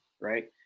right